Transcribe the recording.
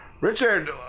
Richard